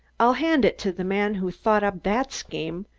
i'll hand it to the man who thought up that scheme.